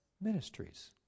ministries